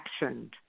actioned